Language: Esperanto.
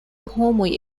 homoj